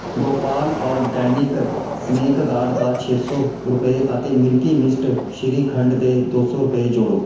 Gopal organic snack ਗਾੱਡ ਦਾ ਛੇ ਸੌ ਰੁਪਏ ਅਤੇ ਮਿਲਕੀ ਮਿਸਟ ਸ਼੍ਰੀਖੰਡ ਦੇ ਦੋ ਸੌ ਰੁਪਏ ਜੋੜੋ